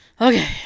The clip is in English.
Okay